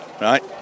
right